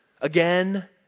again